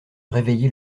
réveiller